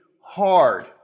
hard